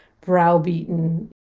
browbeaten